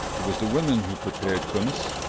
it was the women who prepared kumiss,